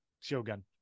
Shogun